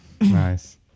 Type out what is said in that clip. Nice